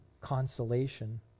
consolation